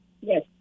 Yes